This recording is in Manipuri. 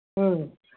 ꯎꯝ